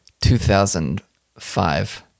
2005